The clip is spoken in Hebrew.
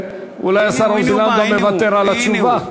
ואולי השר עוזי לנדאו מוותר על התשובה.